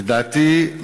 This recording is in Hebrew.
לדעתי,